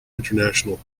international